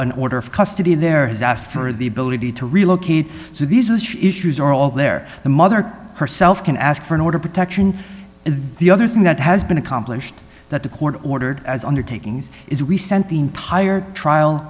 an order of custody there has asked for the ability to relocate so these are issues are all the there the mother herself can ask for an order protection the other thing that has been accomplished that the court ordered as undertakings is we sent the entire trial